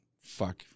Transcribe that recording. fuck